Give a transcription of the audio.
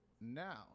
now